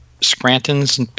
Scranton's